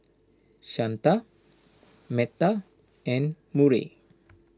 Shanta Metta and Murray